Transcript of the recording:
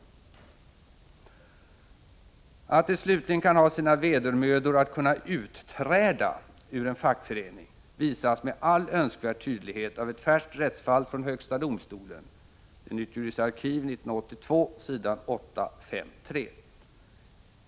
Att det kan ha sina vedermödor att utträda ur en fackförening visas med all önskvärd tydlighet av ett färskt rättsfall från högsta domstolen .